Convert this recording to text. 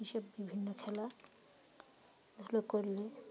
এইসব বিভিন্ন খেলা ধুলো করলে